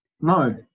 no